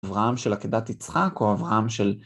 אברהם של עקדת יצחק או אברהם של...